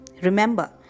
Remember